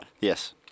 Yes